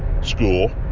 school